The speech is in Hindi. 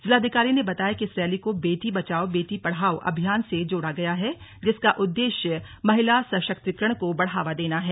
जिलाधिकारी ने बताया कि इस रैली को बेटी बचाओ बेटी पढ़ाओ अभियान से जोड़ा गया है जिसका उद्देश्य महिला सशक्तिकरण को बढ़ावा देना है